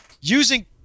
Using